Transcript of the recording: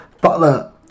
Butler